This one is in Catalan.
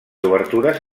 obertures